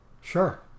Sure